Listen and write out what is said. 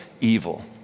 evil